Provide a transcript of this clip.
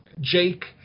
Jake